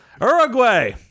Uruguay